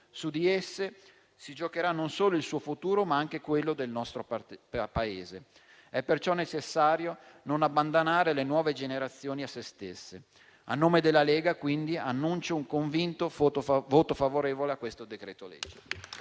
Su di esse si giocherà non solo il suo futuro, ma anche quello del nostro Paese. È perciò necessario non abbandonare le nuove generazioni a se stesse. A nome della Lega, quindi, annuncio un convinto voto favorevole al provvedimento in